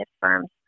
firms